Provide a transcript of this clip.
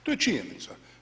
To je činjenica.